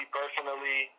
personally